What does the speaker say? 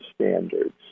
standards